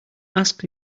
ask